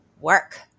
work